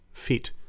feet